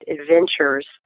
adventures